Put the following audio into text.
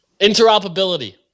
Interoperability